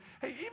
Hey